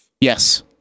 Yes